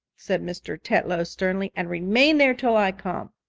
said mr. tetlow sternly. and remain there until i come.